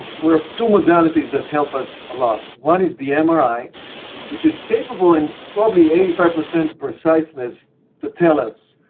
we have two modalities that help us a lot. one is the mri, which is capable in probably eighty five percent preciseness to tell us